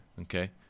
Okay